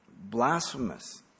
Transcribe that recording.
blasphemous